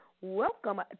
welcome